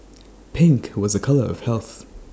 pink was A colour of health